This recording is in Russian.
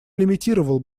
лимитировал